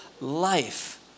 life